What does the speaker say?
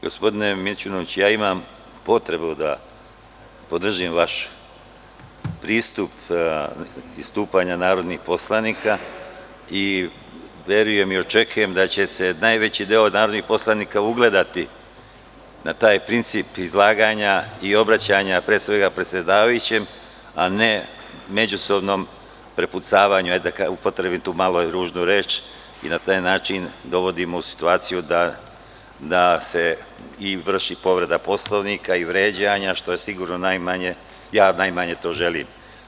Gospodine Mićunoviću, ja imam potrebu da podržim vaš pristup istupanja narodnih poslanika i verujem i očekujem da će se najveći deo narodnih poslanika ugledati na taj princip izlaganja i obraćanja, pre svega, predsedavajućem, a ne međusobnom prepucavanju, da upotrebim tu malo ružnu reč, i na taj način dovodimo situaciju da se krši povreda Poslovnika i vređanja, što sigurno ja najmanje to želim.